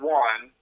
one